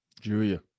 Julia